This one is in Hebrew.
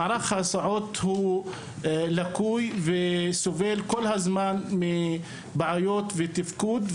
מערך ההסעות הוא לקוי וסובל מבעיות תפקוד כל הזמן,